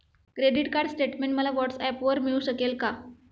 Credit card statement मला व्हॉट्सऍपवर मिळू शकेल का?